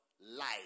life